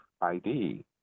id